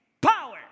Power